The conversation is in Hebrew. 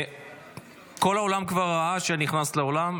כל האולם כבר ראה שנכנסת לאולם,